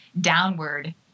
downward